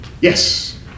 Yes